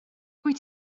wyt